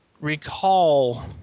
recall